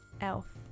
Elf